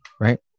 right